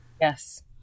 Yes